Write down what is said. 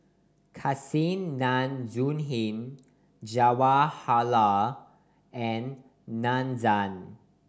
Kasinadhuni Jawaharlal and Nandan